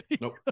Nope